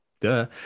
Duh